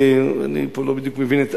אני פה לא בדיוק מבין,